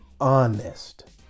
honest